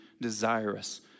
desirous